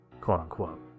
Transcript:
quote-unquote